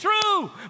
true